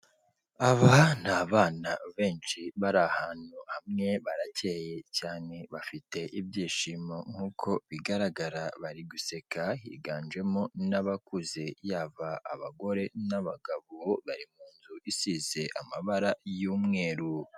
Aba ni abana benshi bari ahantu hamwe, barakeye cyane, bafite ibyishimo nk'uko bigaragara bari guseka, higanjemo n'abakuze, yaba abagore n'abagabo, bari mu nzu isize amabara y'umweru.